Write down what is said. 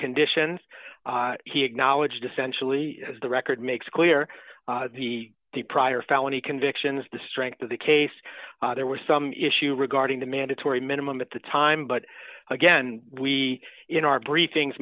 conditions he acknowledged essentially as the record makes clear the the prior felony convictions the strength of the case there were some issue regarding the mandatory minimum at the time but again we in our briefings